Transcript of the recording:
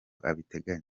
abiteganya